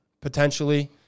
potentially